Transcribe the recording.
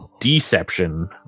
deception